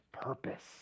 purpose